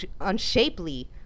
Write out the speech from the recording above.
unshapely